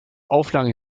auflagen